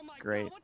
Great